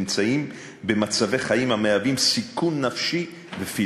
הם נמצאים במצבי חיים המהווים סיכון נפשי ופיזי.